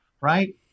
Right